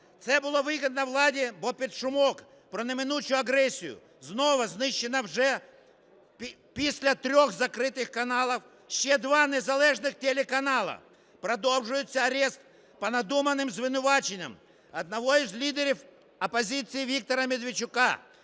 це було вигідно владі, бо під шумок про неминучу агресію знову знищено, вже після трьох закритих каналів, ще два незалежних телеканали, продовжується арест по надуманным звинуваченням одного з лідерів опозиції Віктора Медведчука,